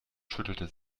schüttelte